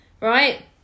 right